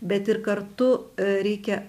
bet ir kartu reikia